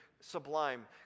sublime